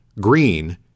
Green